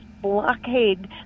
blockade